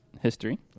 history